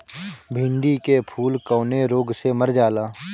भिन्डी के फूल कौने रोग से मर जाला?